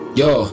yo